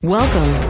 Welcome